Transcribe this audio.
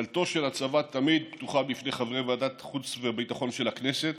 דלתו של הצבא תמיד פתוחה בפני חברי ועדת חוץ וביטחון של הכנסת